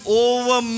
over